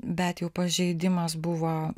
bet jau pažeidimas buvo